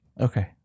okay